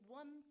one